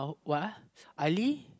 uh Ali